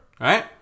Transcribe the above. Right